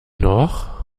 noch